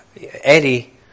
Eddie